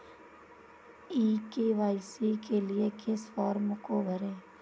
ई KYC के लिए किस फ्रॉम को भरें?